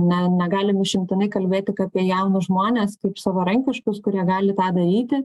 ne negalim išimtinai kalbėt tik apie jaunus žmones kaip savarankiškus kurie gali tą daryti